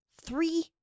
three